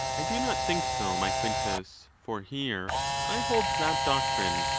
i do not think so, my quintus for here i hold that doctrine,